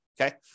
okay